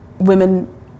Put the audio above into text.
women